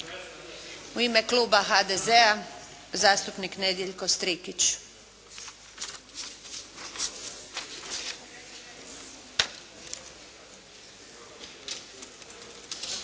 U ime Kluba HDZ-a, zastupnik Nedjeljko Strikić.